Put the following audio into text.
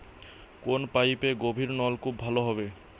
কোন পাইপে গভিরনলকুপ ভালো হবে?